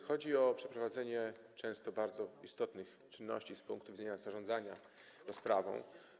Chodzi o przeprowadzenie często bardzo istotnych czynności z punktu widzenia zarządzania rozprawą.